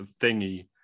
thingy